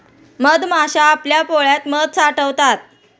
मधमाश्या आपल्या पोळ्यात मध साठवतात